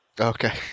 Okay